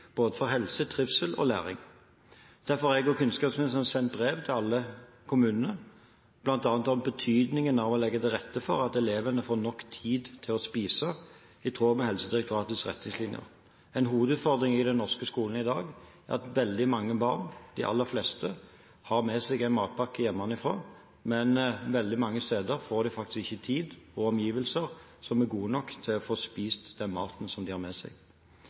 for både helse, trivsel og læring. Derfor har jeg og kunnskapsministeren sendt brev til alle kommunene, bl.a. om betydningen av å legge til rette for at elevene får nok tid til å spise, i tråd med Helsedirektoratets retningslinjer. En hovedutfordring i norske skoler i dag er at veldig mange barn, de aller fleste, har med seg en matpakke hjemmefra, men veldig mange steder har de faktisk ikke tid og omgivelser som er gode nok til at de får spist den maten de har med seg.